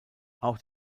auch